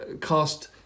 cast